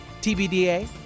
TBDA